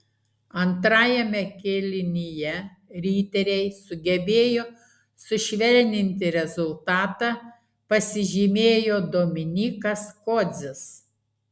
antrajame kėlinyje riteriai sugebėjo sušvelninti rezultatą pasižymėjo dominykas kodzis